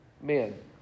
men